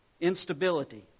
instability